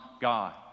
God